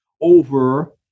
over